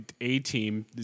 A-Team